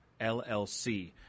LLC